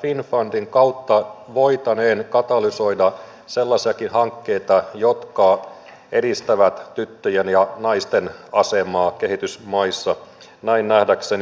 finnfundin kautta voitaneen katalysoida sellaisiakin hankkeita jotka edistävät tyttöjen ja naisten asemaa kehitysmaissa näin nähdäkseni